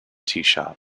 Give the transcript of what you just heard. teashop